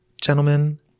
gentlemen